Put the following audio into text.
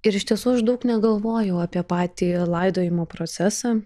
ir iš tiesų aš daug negalvojau apie patį laidojimo procesą